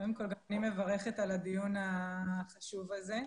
קודם כל גם אני מברכת על הדיון החשוב הזה.